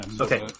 Okay